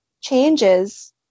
changes